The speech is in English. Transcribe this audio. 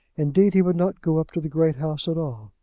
indeed, he would not go up to the great house at all.